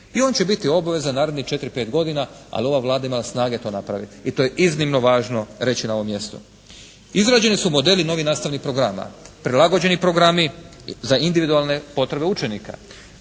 i on će biti obaveza narednih četiri-pet godina, ali ova Vlada je imala snage to napraviti i to je iznimno važno reći na ovom mjestu. Izrađeni su modeli novih nastavnih programa, prilagođeni programi za individualne potrebe učenika.